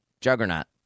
Juggernaut